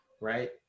right